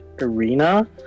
arena